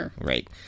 right